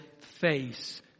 face